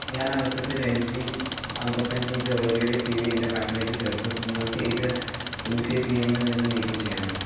ഞാൻ അബദ്ധത്തിൽ L G അൻപത്തി അഞ്ച് inch O L E D T V എൻ്റെ കാട്ടിലേക്ക് ചേർത്തു നിങ്ങൾക്ക് ഇത് ഇൻഫിബീമിൽ നിന്ന് നീക്കം ചെയ്യാമോ